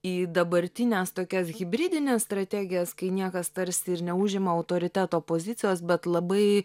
į dabartines tokias hibridines strategijas kai niekas tarsi ir neužima autoriteto pozicijos bet labai